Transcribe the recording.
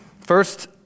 First